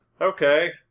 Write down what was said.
Okay